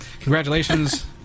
Congratulations